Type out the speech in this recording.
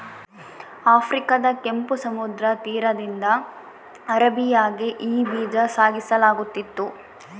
ಆಫ್ರಿಕಾದ ಕೆಂಪು ಸಮುದ್ರ ತೀರದಿಂದ ಅರೇಬಿಯಾಗೆ ಈ ಬೀಜ ಸಾಗಿಸಲಾಗುತ್ತಿತ್ತು